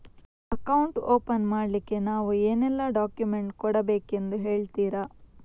Account open ಮಾಡ್ಲಿಕ್ಕೆ ನಾವು ಏನೆಲ್ಲ ಡಾಕ್ಯುಮೆಂಟ್ ಕೊಡಬೇಕೆಂದು ಹೇಳ್ತಿರಾ?